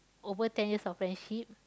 over ten years of friendship